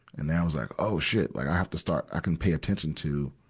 and that was like, oh shit. like i have to start, i can pay attention to,